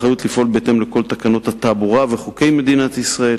אחריות לפעול לפי כל תקנות התעבורה וחוקי מדינת ישראל,